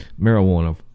marijuana